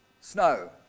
snow